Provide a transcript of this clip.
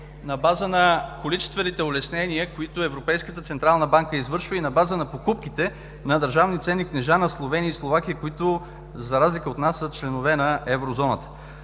на база на количествените улеснения, които Европейската централна банка извършва, и на база на покупките на държавни ценни книжа на Словения и Словакия, които, за разлика от нас, са членове на Еврозоната.